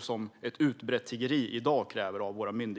som dagens utbredda tiggeri gör.